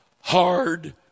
hard